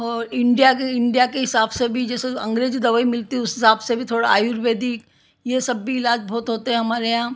और इंडिया के इंडिया के हिसाब से भी जैसे अंग्रेज़ी दवाई मितली है उसी हिसाब से भी थोड़ा आयुर्वेदिक ये सब भी इलाज बहुत होते हैं हमारे यहाँ